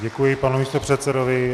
Děkuji panu místopředsedovi.